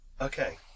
Okay